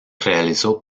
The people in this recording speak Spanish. realizó